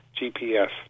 GPS